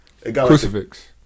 Crucifix